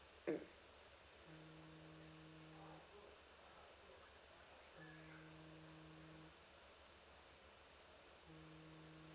mm